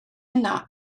yna